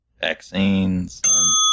vaccines